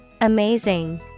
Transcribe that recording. Amazing